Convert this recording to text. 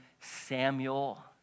Samuel